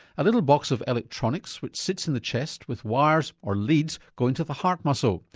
a little box of electronics which sits in the chest with wires or leads going to the heart muscle.